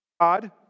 God